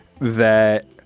that-